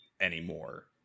anymore